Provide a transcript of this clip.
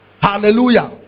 Hallelujah